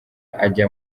ajya